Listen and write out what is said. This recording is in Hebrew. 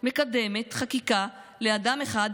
מקדמת חקיקה לאדם אחד,